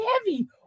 heavy